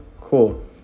cool